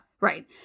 Right